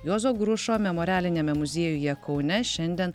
juozo grušo memorialiniame muziejuje kaune šiandien